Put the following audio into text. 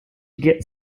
get